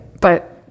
But-